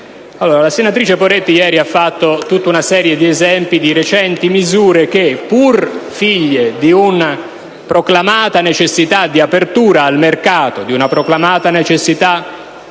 La senatrice Poretti ieri ha esposto tutta una serie di esempi di recenti misure che, pur figlie di una proclamata necessità di apertura al mercato, di una proclamata necessità